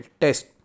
test